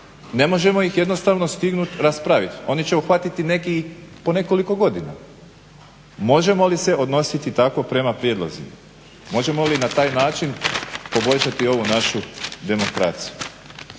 Ne možemo ih jednostavno stignut raspraviti. Oni će uhvatiti neki i po nekoliko godina. Možemo li se odnositi tako prema prijedlozima? Možemo li na taj način poboljšati ovu našu demokraciju?